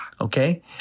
okay